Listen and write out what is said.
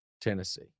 Tennessee